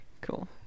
Cool